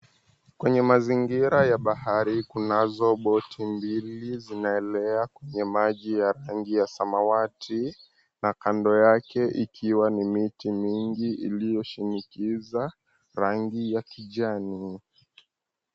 Kwenye mazingira ya bahari kunazo boti mbili zinaelea kwenye maji ya rangi ya samawati, na kando yake ikiwa na miti mingi iliyoshinikiza rangi ya kijani